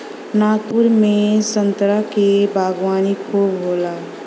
नागपुर में संतरा क बागवानी खूब होला